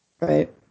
Right